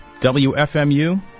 WFMU